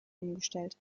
umgestellt